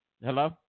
Hello